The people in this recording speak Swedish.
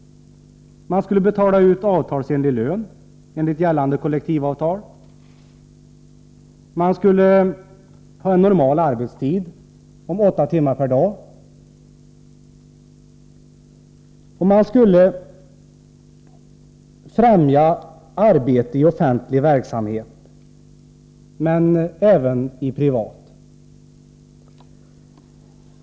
— Det skulle vara en normal arbetstid om åtta timmar per dag. — Man skulle främja arbete i offentlig verksamhet men även i privat.